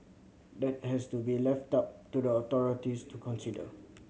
that has to be left up to the authorities to consider